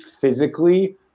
physically